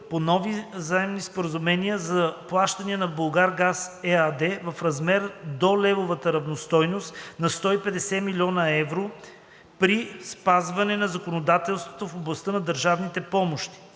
по нови заемни споразумения за плащания на „Булгаргаз“ ЕАД в размер до левовата равностойност на 150 млн. евро при спазване на законодателството в областта на държавните помощи;